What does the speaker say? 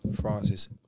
Francis